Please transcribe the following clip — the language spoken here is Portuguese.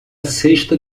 cesta